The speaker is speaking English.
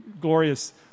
glorious